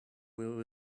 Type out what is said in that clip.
will